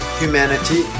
humanity